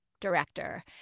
director